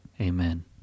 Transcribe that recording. Amen